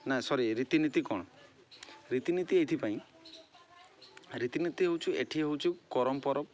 ନା ସରି ରୀତିନୀତି କ'ଣ ରୀତିନୀତି ଏଇଥିପାଇଁ ରୀତିନୀତି ହେଉଛି ଏଠି ହେଉଛି କରମ୍ ପରବ